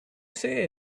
say